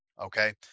Okay